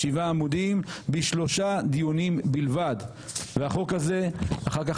שבעה עמודים בשלושה דיונים בלבד והחוק הזה אחר כך